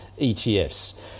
ETFs